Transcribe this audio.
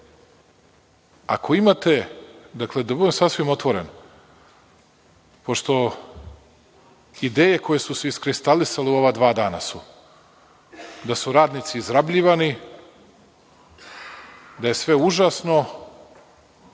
i o tome govorio. Da budem sasvim otvoren, pošto ideje koje su se iskristalisale u ova dva dana su, da su radnici izrabljivani, da je sve užasno,